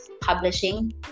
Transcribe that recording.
publishing